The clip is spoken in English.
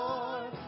Lord